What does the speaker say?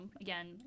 again